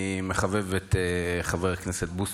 כי מצד אחד אני מחבב את חבר הכנסת בוסו,